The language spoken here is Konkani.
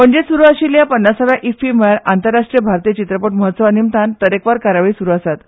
पणजेंत सुरू आशिल्ल्या पन्नासाव्या इफ्फी म्हळ्यार आंतरराष्ट्रीय चित्रपट महोत्सवा निमतान तरेकवार कार्यावळी सूरू आसात